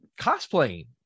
cosplaying